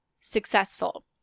successful